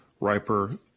riper